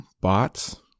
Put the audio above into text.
bots